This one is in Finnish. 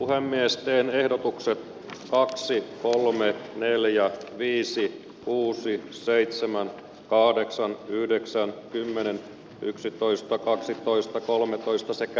ura myös teen ehdotuksen kaksi kolme neljä viisi kuusi seitsemän kahdeksan yhdeksän kymmenen yksitoista kaksitoista kolmetoista sekä